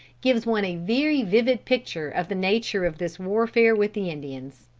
gives one a very vivid picture of the nature of this warfare with the indians